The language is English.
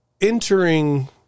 entering